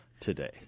Today